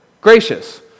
gracious